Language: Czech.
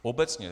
Obecně.